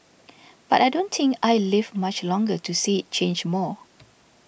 but I don't think I'll live much longer to see it change more